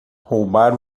roubar